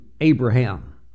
Abraham